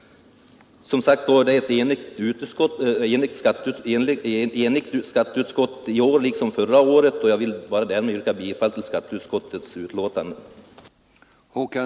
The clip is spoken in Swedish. Skatteutskottet är som sagt enigt i år liksom förra året, och jag vill härmed yrka bifall till utskottets hemställan.